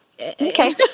Okay